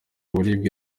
uburibwe